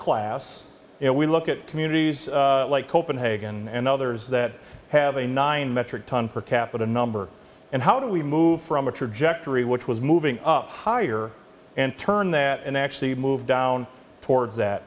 and we look at communities like copenhagen and others that have a nine metric ton per capita number and how do we move from a trajectory which was moving up higher and turn that and actually move down towards that